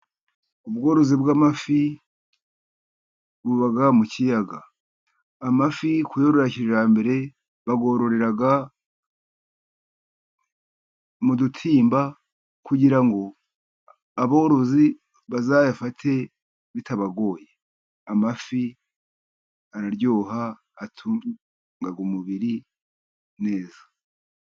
Ubworozi bw'amafi buba mu kiyaga, amafi kuyorora kijyambere bayororera mu dutimba, kugira ngo aborozi bazayafate bitabagoye. Amafi araryoha atunga umubiri neza.